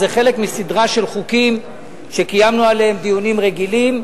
זה חלק מסדרה של חוקים שקיימנו עליהם דיונים רגילים.